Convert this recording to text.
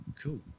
cool